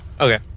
Okay